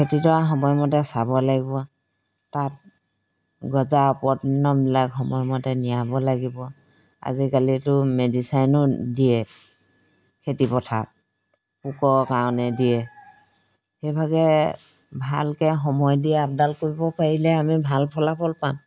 সময়মতে চাব লাগিব তাত গজা সময়মতে নিয়াব লাগিব আজিকালিতো মেডিচাইনো দিয়ে খেতি পথাৰত পোকৰ কাৰণে দিয়ে সেইভাগে ভালকৈ সময় দিয়ে আপডাল কৰিব পাৰিলে আমি ভাল ফলাফল পাম